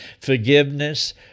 forgiveness